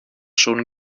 schon